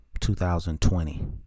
2020